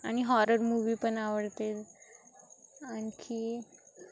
आणि horror movie पण आवडते आणखी